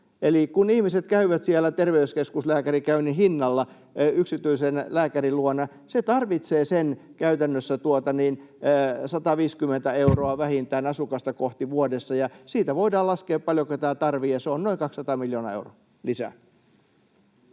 Eli kun ihmiset käyvät terveyskeskuslääkärikäynnin hinnalla yksityisen lääkärin luona, se tarvitsee käytännössä sen vähintään 150 euroa asukasta kohti vuodessa. Siitä voidaan laskea, paljonko tämä tarvitsee, ja se on noin 200 miljoonaa euroa lisää.